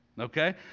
Okay